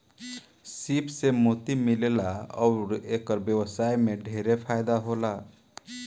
सीप से मोती मिलेला अउर एकर व्यवसाय में ढेरे फायदा होला